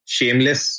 Shameless